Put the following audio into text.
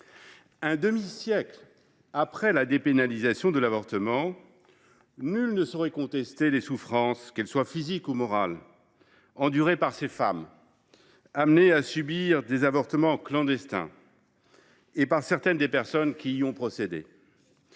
Un demi siècle après la dépénalisation de l’avortement, nul ne saurait contester les souffrances, qu’elles soient physiques ou morales, endurées par ces femmes amenées à subir des avortements clandestins et par certaines des personnes y ayant procédé.